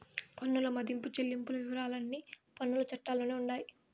పన్నుల మదింపు చెల్లింపుల వివరాలన్నీ పన్నుల చట్టాల్లోనే ఉండాయి